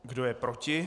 Kdo je proti?